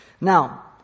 Now